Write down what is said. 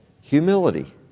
humility